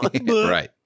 Right